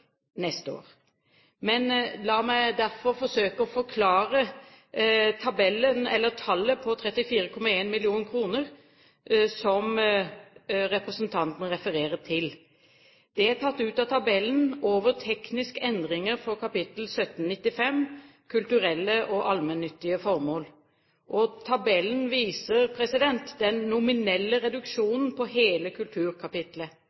neste år. Men la meg derfor forsøke å forklare tallet på 34,1 mill. kr. som representanten refererer til. Det er tatt ut av tabellen over tekniske endringer for kap. 1795 Kulturelle og allmennyttige formål. Tabellen viser den nominelle